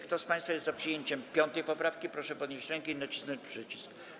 Kto z państwa jest za przyjęciem 5. poprawki, proszę podnieść rękę i nacisnąć przycisk.